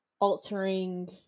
altering